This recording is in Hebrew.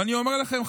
ואני אומר לכם,